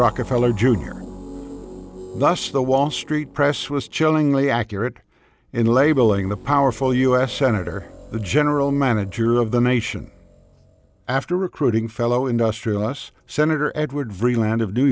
rockefeller junior thus the wall street press was chillingly accurate in labeling the powerful u s senator the general manager of the nation after recruiting fellow industrial us senator edward vreeland of new